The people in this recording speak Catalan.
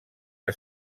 que